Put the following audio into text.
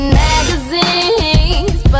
magazines